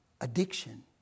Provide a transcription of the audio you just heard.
addiction